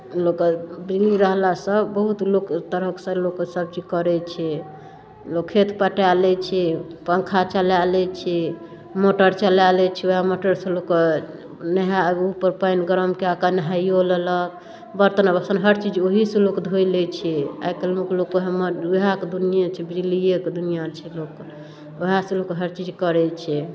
लोककेँ बिजली रहलासँ बहुत लोकके तरफसँ लोक सभ चीज करैत छै लोक खेत पटाए लैत छै पङ्खा चलाए लैत छै मोटर चलाए लैत छै उएह मोटरसँ लोकके नहाय ओहिपर पानि गरम कए कऽ नहाइओ लेलक बर्तन बासन हरचीज ओहिसँ लोक धोइ लैत छै आइ काल्हिमे लोक हमर उएहके दुनिएँ छै बिजलिएके दुनिआँ छै लोकके उएहसँ लोकके हर चीज करैत छै